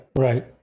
Right